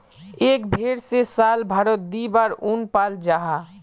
एक भेर से साल भारोत दी बार उन पाल जाहा